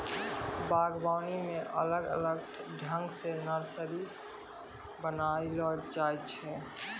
बागवानी मे अलग अलग ठंग से नर्सरी बनाइलो जाय छै